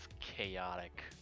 chaotic